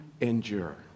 endure